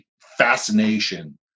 fascination